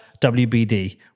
WBD